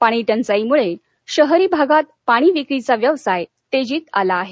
पाणीटंचाईमुळे शहरी भागात पाणी विक्रीचा व्यवसाय तेजीत आला आहे